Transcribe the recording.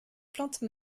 plante